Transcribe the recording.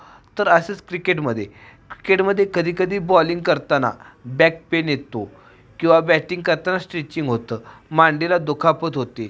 तर असंच क्रिकेटमध्ये क्रिकेटमध्ये कधीकधी बॉलिंग करताना बॅक पेन येतो किंवा बॅटिंग करताना स्ट्रेचिंग होतं मांडीला दुखापत होते